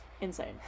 insane